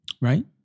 right